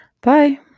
bye